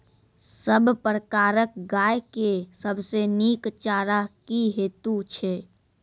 सब प्रकारक गाय के सबसे नीक चारा की हेतु छै?